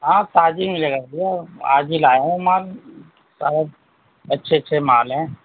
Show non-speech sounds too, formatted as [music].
ہاں تازی ملے گا [unintelligible] آج ہی لایا ہوں مال بہت اچھے اچھے مال ہیں